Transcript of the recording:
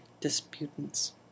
disputants